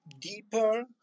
deeper